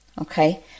Okay